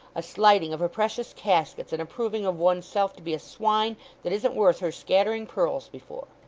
a slighting of her precious caskets, and a proving of one's self to be a swine that isn't worth her scattering pearls before